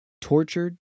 tortured